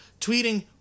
tweeting